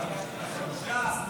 הוראת שעה,